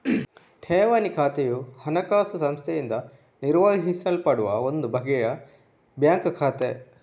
ಠೇವಣಿ ಖಾತೆಯು ಹಣಕಾಸು ಸಂಸ್ಥೆಯಿಂದ ನಿರ್ವಹಿಸಲ್ಪಡುವ ಒಂದು ಬಗೆಯ ಬ್ಯಾಂಕ್ ಖಾತೆ